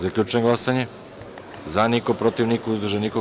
Zaključujem glasanje: za – niko, protiv – niko, uzdržanih – nema.